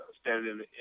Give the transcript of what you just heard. standing